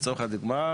לצורך הדוגמא,